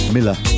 Miller